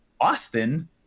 Austin